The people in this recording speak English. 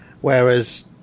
Whereas